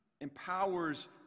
empowers